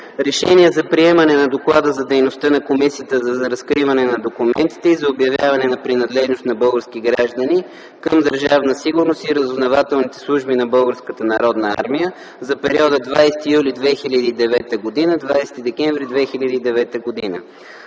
„РЕШЕНИЕ за приемане на Доклада за дейността на Комисията за разкриване на документите и за обявяване на принадлежност на български граждани към Държавна сигурност и разузнавателните служби на Българската народна армия за периода 20 юли 2009 г. – 20 декември 2009 г.